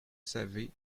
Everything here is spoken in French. savez